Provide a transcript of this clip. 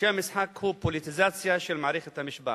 שם המשחק הוא פוליטיזציה של מערכת המשפט.